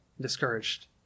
discouraged